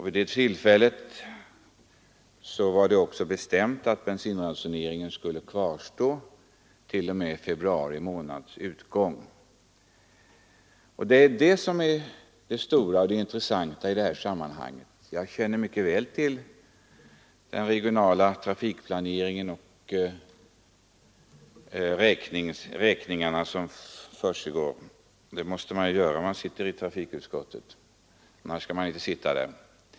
Vid det tillfället var det också bestämt att bensinransoneringen skulle kvarstå t.o.m. februari månads utgång. Det är det som är det intressanta i detta sammanhang. Jag känner mycket väl till den regionala trafikplaneringen och de trafikräkningar som förekommer. Det måste man göra när man sitter i trafikutskottet; annars borde man inte sitta där.